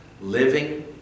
living